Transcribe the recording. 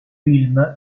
film